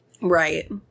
Right